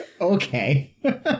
Okay